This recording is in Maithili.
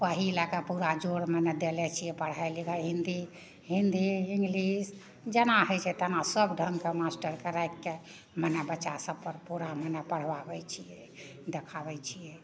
ओहि लए कऽ पूरा जोर मने देले छियै पढ़ाइ लिखाइ हिन्दी हिन्दी इंग्लिश जेना होइ छै तेना सब ढङ्गके मास्टरके राखि कऽ मने बच्चा सब पर पूरा महिना पढ़बाबै छियै देखाबै छियै